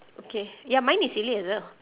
okay ya mine is silly as well